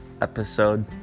episode